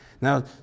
Now